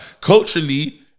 culturally